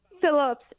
phillips